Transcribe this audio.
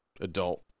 adult